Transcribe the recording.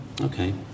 Okay